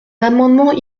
amendements